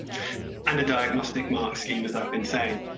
and diagnostic mark scheme. as i've been saying.